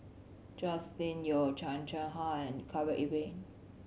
Joscelin Yeo Chan Chang How and Khalil Ibrahim